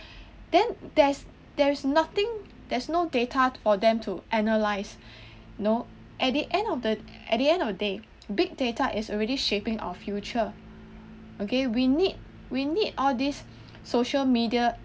then there's there's nothing there's no data for them to analyse you know at the end of the at the end of the day big data is already shaping our future okay we need we need all these social media